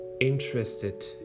interested